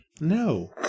No